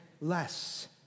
less